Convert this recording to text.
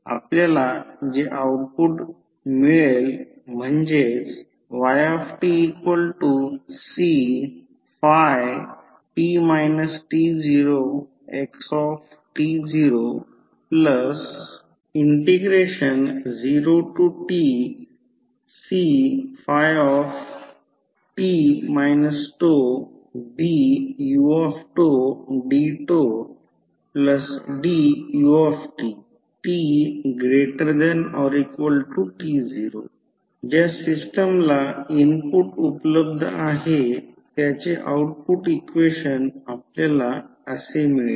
आपल्याला जे आऊटपुट मिळेल म्हणजेच yCφt t0xt00tCφt τBudτDutt≥t0 ज्या सिस्टमला इनपुट उपलब्ध आहे त्याचे आऊटपुट इक्वेशन आपल्याला असे मिळेल